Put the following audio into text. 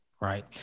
right